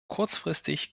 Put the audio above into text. kurzfristig